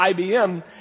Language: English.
IBM